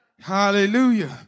Hallelujah